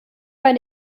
bei